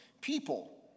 people